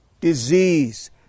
disease